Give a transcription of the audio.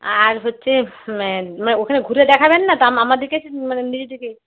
আর হচ্ছে ওখানে ঘুরে দেখাবেন না তো আমাদেরকে মানে নিজেদেরকেই